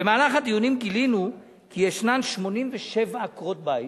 במהלך הדיונים גילינו כי ישנן 87 עקרות-בית,